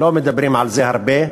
לא מדברים על זה הרבה,